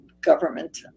government